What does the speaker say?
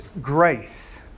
grace